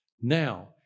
now